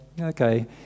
okay